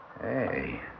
Hey